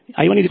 5mA వస్తుంది